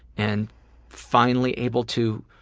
and finally able to